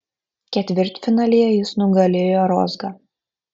ketvirtfinalyje jis nugalėjo rozgą